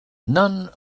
none